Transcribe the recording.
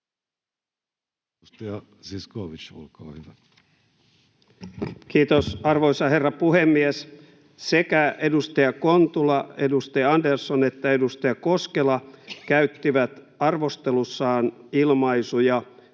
muuttamisesta Time: 15:13 Content: Kiitos, arvoisa herra puhemies! Sekä edustaja Kontula ja edustaja Andersson että edustaja Koskela käyttivät arvostelussaan näitä ilmaisuja: